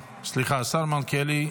השר מלכיאלי.